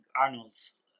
Arnold's